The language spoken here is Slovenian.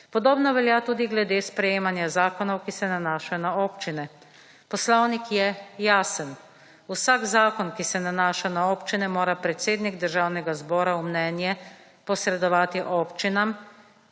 Podobno velja tudi glede sprejemanja zakonov, ki se nanašajo na občine. Poslovnik je jasen. Vsak zakon, ki se nanaša na občine, mora predsednik Državnega zbora v mnenje posredovati občinam